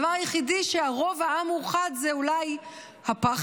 הדבר היחידי שבו רוב העם מאוחד זה אולי הפחד,